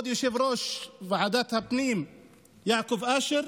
כבוד יושב-ראש ועדת הפנים יעקב אשר,